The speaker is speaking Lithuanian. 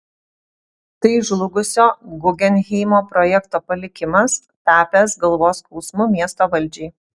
tai žlugusio guggenheimo projekto palikimas tapęs galvos skausmu miesto valdžiai